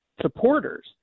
supporters